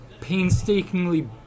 painstakingly